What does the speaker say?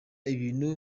ibintu